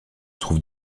trouve